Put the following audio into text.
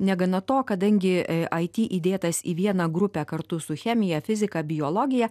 negana to kadangi ai ty įdėtas į vieną grupę kartu su chemija fizika biologija